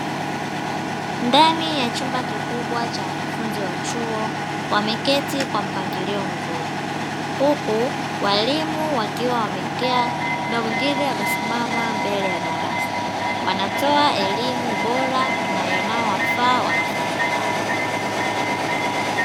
Ndani ya chumba kikubwa cha wanafunzi wa chuo wameketi kwa mpangilio mzuri, huku walimu wakiwa wamekaa na wengine wamesimama mbele ya darasa wanatowa elimu bora na yanayowafaa wanafunzi hao.